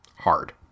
hard